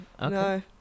No